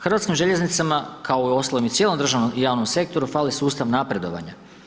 Hrvatskim željeznicama, kao i uostalom i cijelom državnom javnom sektoru fali sustav napredovanja.